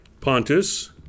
Pontus